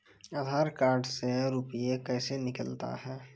आधार कार्ड से रुपये कैसे निकलता हैं?